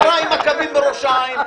מה רע בקווים בראש העין?